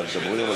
אבל אוסיף.